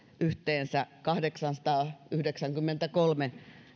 yhteensä kahdeksansataayhdeksänkymmentäkolme